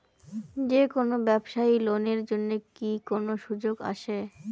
যে কোনো ব্যবসায়ী লোন এর জন্যে কি কোনো সুযোগ আসে?